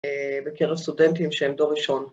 ‫בקרב סטודנטים שהם דור ראשון.